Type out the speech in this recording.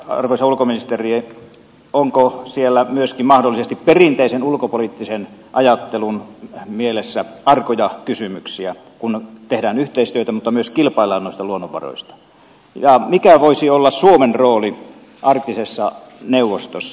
näettekö arvoisa ulkoministeri onko siellä myöskin mahdollisesti perinteisen ulkopoliittisen ajattelun mielessä arkoja kysymyksiä kun tehdään yhteistyötä mutta myös kilpaillaan noista luonnonvaroista ja mikä voisi olla suomen rooli arktisessa neuvostossa